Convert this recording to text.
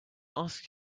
asked